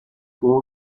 juego